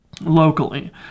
locally